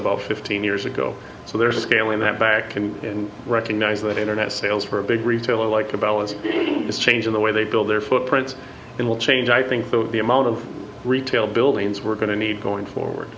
about fifteen years ago so they're scaling that back and recognize that internet sales for a big retailer like a balance is changing the way they build their footprints it will change i think that the amount of retail buildings we're going to need going forward